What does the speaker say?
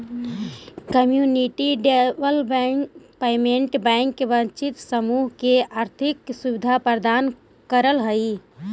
community development bank वंचित समूह के आर्थिक सुविधा प्रदान करऽ हइ